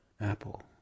Apple